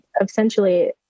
essentially